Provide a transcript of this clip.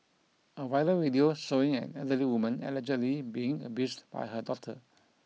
a viral video showing an elderly woman allegedly being abused by her daughter